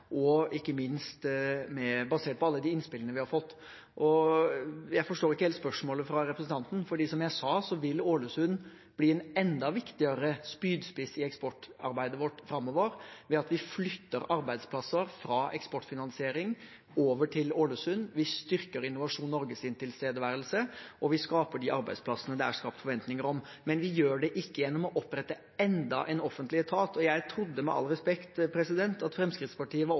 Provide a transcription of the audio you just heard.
og ikke minst basert på alle de innspillene vi har fått. Jeg forstår ikke helt spørsmålet fra representanten, for som jeg sa vil Ålesund bli en enda viktigere spydspiss i eksportarbeidet vårt framover ved at vi flytter arbeidsplasser fra eksportfinansiering over til Ålesund. Vi styrker Innovasjon Norges tilstedeværelse, og vi skaper de arbeidsplassene det er skapt forventninger om, men vi gjør det ikke gjennom å opprette enda en offentlig etat. Jeg trodde, med all respekt, at Fremskrittspartiet var